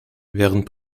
während